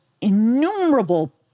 innumerable